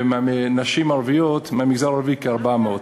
ונשים מהמגזר הערבי, כ-400.